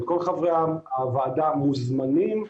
כל חברי הוועדה מוזמנים,